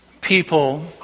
people